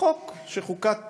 החוק שחוקק כאן,